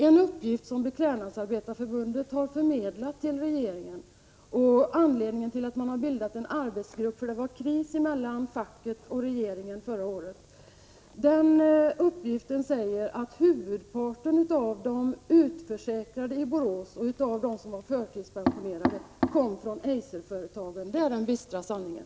En uppgift som Beklädnadsarbetarförbundet har förmedlat till regeringen — man har bildat en arbetsgrupp, eftersom det var kris mellan facket och regeringen förra året — går ut på att huvudparten av de utförsäkrade i Borås och de förtidspensionerade kom från Eiserföretagen. Det är den bistra sanningen.